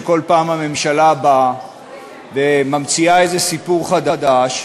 שכל פעם הממשלה באה וממציאה איזה סיפור חדש,